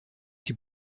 die